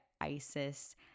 ISIS